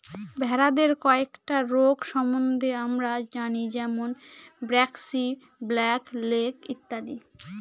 ভেড়াদের কয়েকটা রোগ সম্বন্ধে আমরা জানি যেমন ব্র্যাক্সি, ব্ল্যাক লেগ ইত্যাদি